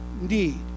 need